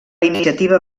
iniciativa